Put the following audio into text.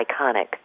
iconic